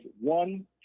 one